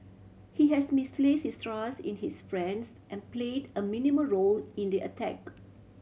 he has misplaced his trust in his friends and played a minimal role in the attack